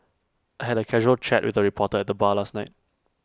I had A casual chat with A reporter at the bar last night